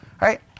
Right